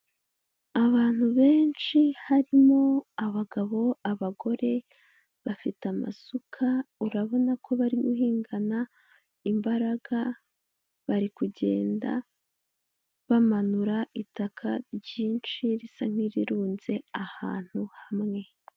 Abantu benshi harimo abagabo, abagore, bafite amasuka urabona ko bari guhingana imbaraga, bari kugenda bamanura itaka ryinshi risa nk'irirunze ahantu hamwe.